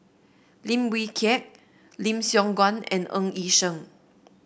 Lim Wee Kiak Lim Siong Guan and Ng Yi Sheng